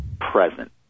present